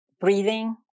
breathing